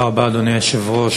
תודה רבה, אדוני היושב-ראש.